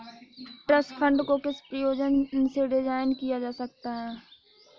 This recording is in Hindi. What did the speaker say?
ट्रस्ट फंड को किस प्रयोजन से डिज़ाइन किया गया है?